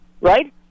right